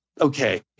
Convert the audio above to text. okay